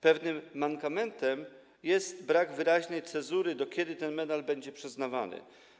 Pewnym mankamentem jest brak wyraźnej cezury, do kiedy ten medal będzie przyznawany.